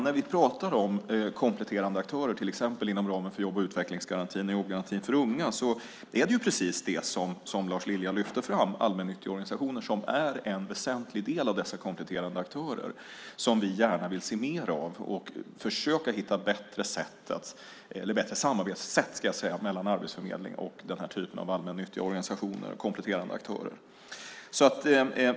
När vi pratar om kompletterande aktörer, till exempel inom ramen för jobb och utvecklingsgarantin och jobbgarantin för unga, är det precis det som Lars Lilja lyfte fram, allmännyttiga organisationer, som är en väsentlig del av dessa kompletterande aktörer som vi gärna vill se mer av. Vi vill också försöka hitta bättre samarbetssätt mellan Arbetsförmedlingen och den här typen av allmännyttiga organisationer och kompletterande aktörer.